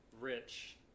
rich